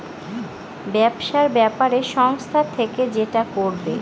ব্যবসার ব্যাপারে সংস্থা থেকে যেটা করবে